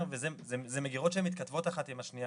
אלה מגירות שהן מתכתבות אחת עם השנייה